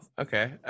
Okay